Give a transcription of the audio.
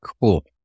Cool